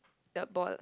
the ball